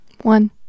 One